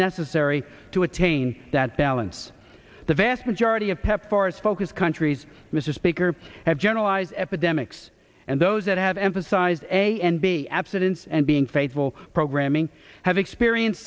necessary to attain that balance the vast majority of pepfar is focused countries mr speaker have generalized epidemics and those that have emphasized a and b abstinence and being faithful programming have experienced